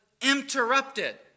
interrupted